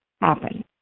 happen